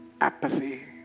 apathy